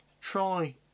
try